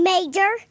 Major